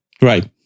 Right